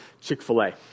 Chick-fil-A